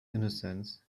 innocence